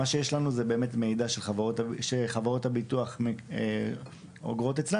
מה שיש לנו זה המידע שחברות הביטוח אוגרות אצלן